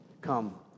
come